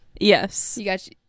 Yes